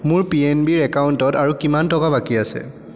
মোৰ P N বিৰ একাউণ্টত আৰু কিমান টকা বাকী আছে